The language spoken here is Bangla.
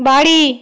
বাড়ি